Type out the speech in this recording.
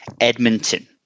Edmonton